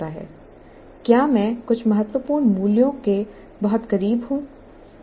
क्या मैं कुछ महत्वपूर्ण मूल्यों के बहुत करीब हूँ